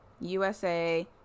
USA